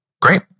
Great